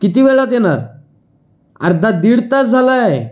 किती वेळात येणार अर्धा दीड तास झाला आहे